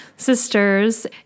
sisters